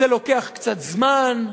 זה לוקח קצת זמן,